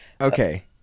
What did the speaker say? Okay